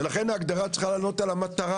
ולכן, ההגדרה צריכה לענות על המטרה.